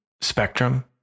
spectrum